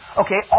okay